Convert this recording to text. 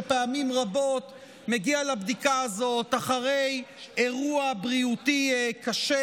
שפעמים רבות מגיע לבדיקה הזאת אחרי אירוע בריאותי קשה.